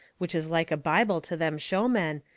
which is like a bible to them showmen,